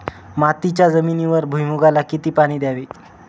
मातीच्या जमिनीवर भुईमूगाला किती पाणी द्यावे?